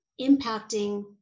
impacting